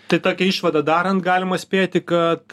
tai tokią išvadą darant galima spėti kad